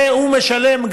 והוא משלם,